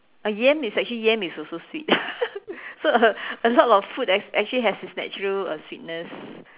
uh yam is actually yam is also sweet so a a lot of food act actually it's natural uh sweetness